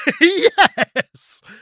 Yes